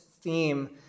theme